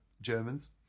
germans